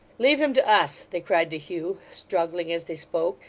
leave him to us they cried to hugh struggling, as they spoke,